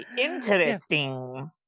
Interesting